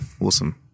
Awesome